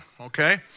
okay